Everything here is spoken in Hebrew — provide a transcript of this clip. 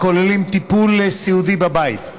הכוללים טיפול סיעודי בבית,